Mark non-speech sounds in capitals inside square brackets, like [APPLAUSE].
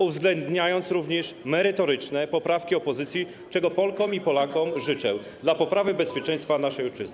uwzględniając również merytoryczne poprawki opozycji, czego Polkom i Polakom życzę, [NOISE] dla poprawy bezpieczeństwa naszej ojczyzny.